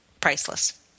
priceless